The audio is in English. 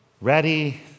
ready